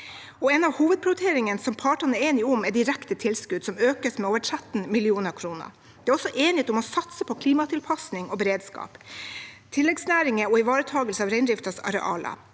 En av hovedprioriteringene partene er enige om, er direkte tilskudd, som økes med over 13 mill. kr. Det er også enighet om å satse på klimatilpasning og beredskap, tilleggsnæringer og ivaretagelse av reindriftens arealer.